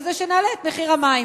בזה שנעלה את מחיר המים.